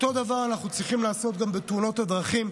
אותו דבר אנחנו צריכים לעשות גם בתאונות הדרכים,